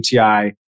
ATI